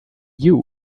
you